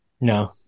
No